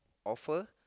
offer